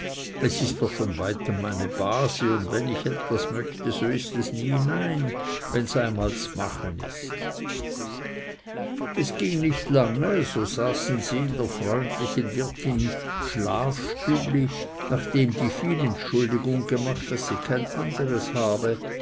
es ist noch von weitem meine base und wenn ich etwas möchte so ist es nie nein wenns einmal z'mache ist es ging nicht lange so saßen sie in der freundlichen wirtin schlafstübli nachdem die viel entschuldigung gemacht daß sie kein anderes habe